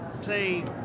say